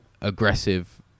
aggressive